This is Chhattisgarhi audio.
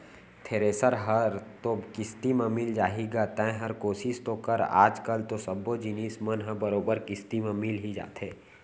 थेरेसर हर तो किस्ती म मिल जाही गा तैंहर कोसिस तो कर आज कल तो सब्बो जिनिस मन ह बरोबर किस्ती म मिल ही जाथे